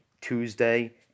Tuesday